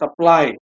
supply